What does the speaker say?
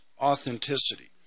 authenticity